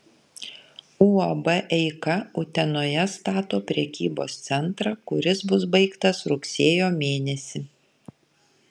uab eika utenoje stato prekybos centrą kuris bus baigtas rugsėjo mėnesį